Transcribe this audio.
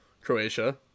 Croatia